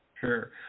Sure